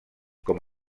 com